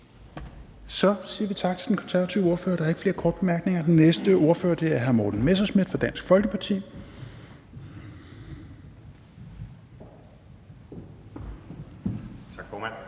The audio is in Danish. Så siger vi tak til den konservative ordfører – der er ikke flere korte bemærkninger. Den næste ordfører er hr. Morten Messerschmidt fra Dansk Folkeparti. Værsgo.